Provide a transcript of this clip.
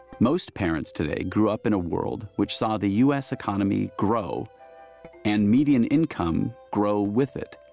most parents today grew up in a world which saw the u s. economy grow and median income grow with it.